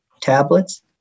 tablets